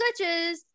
glitches